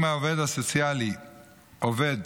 אם העובד הסוציאלי עובד